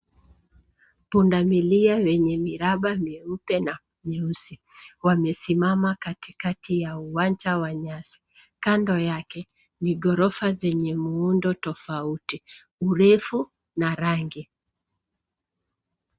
Pundamilia wenye miraba myeupe na myeusi wamesimama katikati ya uwanja wa nyasi. Kando yake ni ghorofa zenye muundo tofauti, urefu na rangi.